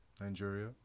Nigeria